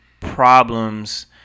problems